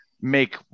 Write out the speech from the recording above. make